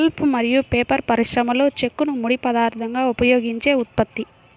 pulp మరియు paper పరిశ్రమలోచెక్కను ముడి పదార్థంగా ఉపయోగించే ఉత్పత్తి